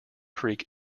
creek